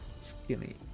skinny